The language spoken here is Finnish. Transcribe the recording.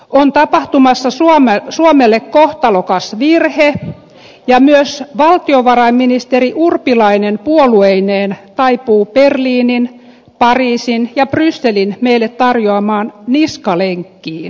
on tapahtumassa suomelle kohtalokas virhe ja myös valtiovarainministeri urpilainen puolueineen taipuu berliinin pariisin ja brysselin meille tarjoamaan niskalenkkiin